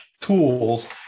tools